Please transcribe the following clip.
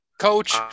Coach